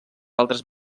altres